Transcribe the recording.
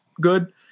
good